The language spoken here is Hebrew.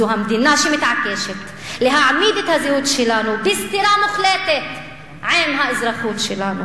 זו המדינה שמתעקשת להעמיד את הזהות שלנו בסתירה מוחלטת עם האזרחות שלנו.